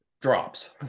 drops